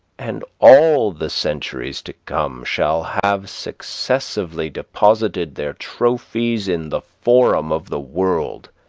and all the centuries to come shall have successively deposited their trophies in the forum of the world.